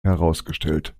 herausgestellt